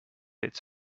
its